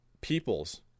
peoples